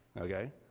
okay